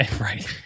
Right